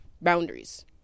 boundaries